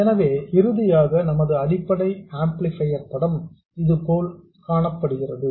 எனவே இறுதியாக நமது அடிப்படை ஆம்ப்ளிபையர் படம் இதுபோல் காணப்படுகிறது